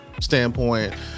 standpoint